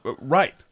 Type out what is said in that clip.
right